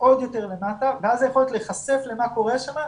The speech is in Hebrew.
עוד יותר למטה ואז היכולת להיחשף למה קורה שם,